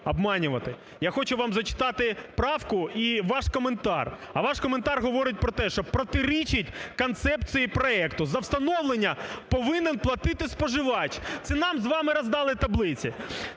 Я хочу вам зачитати правку і ваш коментар, а ваш коментар говорить про те, що протирічить концепції проекту. За встановлення повинен платити споживач, це нам з вами роздали таблиці.